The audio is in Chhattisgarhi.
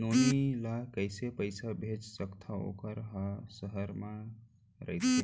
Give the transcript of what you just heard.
नोनी ल कइसे पइसा भेज सकथव वोकर ह सहर म रइथे?